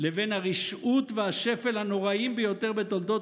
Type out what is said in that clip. לבין הרשעות והשפל הנוראיים ביותר בתולדות